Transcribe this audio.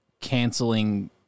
canceling